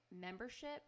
membership